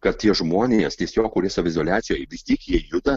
kad tie žmonės tiesiog kurie saviizoliacijoj vis tiek jie juda